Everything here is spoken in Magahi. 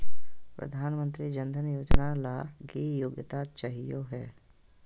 प्रधानमंत्री जन धन योजना ला की योग्यता चाहियो हे?